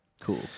Cool